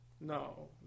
No